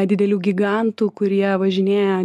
didelių gigantų kurie važinėja